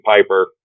Piper